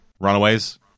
runaways